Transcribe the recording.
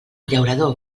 llaurador